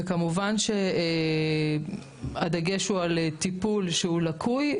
כמובן שהדגש הוא על טיפול שהוא לקוי,